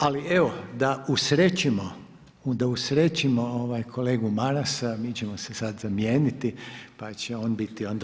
Ali evo da usrećimo, da usrećimo kolegu Marasa mi ćemo se sada zamijeniti, pa će on biti onda